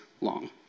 long